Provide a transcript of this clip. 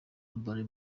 urban